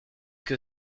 que